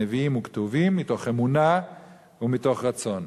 נביאים וכתובים מתוך אמונה ומתוך רצון.